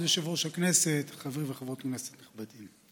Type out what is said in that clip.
כבוד יושב-ראש הכנסת, חברי וחברות כנסת נכבדים,